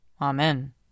Amen